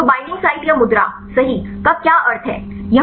तो binding site या मुद्रा सही का क्या अर्थ है